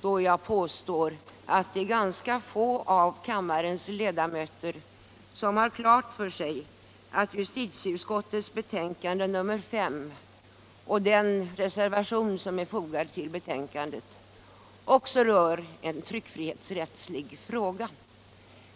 då jag påstår att ganska få av kammarens ledamöter har klart för sig att också justiticutskottets betänkande nr §5 och den reservation som är fogad till betänkandet rör en tryckfrihetsrättslig fråga,